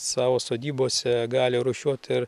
savo sodybose gali rūšiuot ir